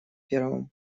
первым